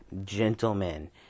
gentlemen